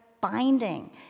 binding